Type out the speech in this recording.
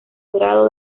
grado